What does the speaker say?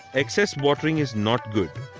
excess watering is not good.